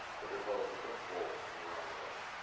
but they're both in principle in the realm of editing.